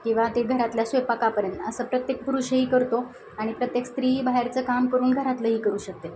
किंवा ते घरातल्या स्वयंपाकापर्यंत असं प्रत्येक पुरुषही करतो आणि प्रत्येक स्त्री बाहेरचं काम करून घरातलंही करू शकते